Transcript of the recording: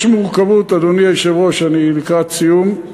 יש מורכבות, אדוני היושב-ראש, אני לקראת סיום,